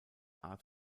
art